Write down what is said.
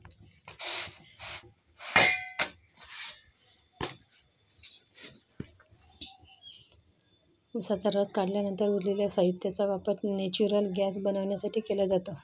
उसाचा रस काढल्यानंतर उरलेल्या साहित्याचा वापर नेचुरल गैस बनवण्यासाठी केला जातो